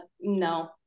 No